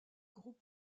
groupe